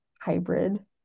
hybrid